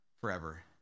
forever